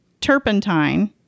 turpentine